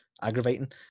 aggravating